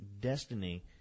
Destiny